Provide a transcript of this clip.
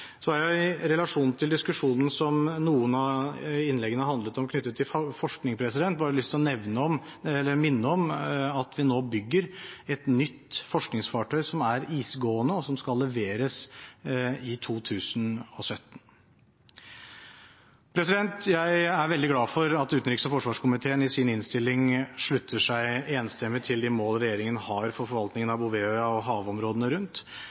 I relasjon til diskusjonen som noen av innleggene handlet om knyttet til forskning, har jeg lyst til å minne om at vi nå bygger et nytt forskningsfartøy som er isgående, og som skal leveres i 2017. Jeg er veldig glad for at utenriks- og forsvarskomiteen i sin innstilling slutter seg enstemmig til de mål regjeringen har for forvaltningen av Bouvetøya og havområdene rundt,